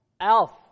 Elf